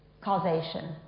causation